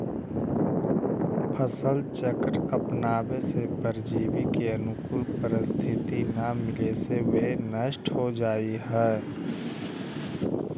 फसल चक्र अपनावे से परजीवी के अनुकूल परिस्थिति न मिले से वे नष्ट हो जाऽ हइ